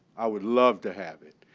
i would love to have it.